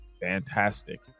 fantastic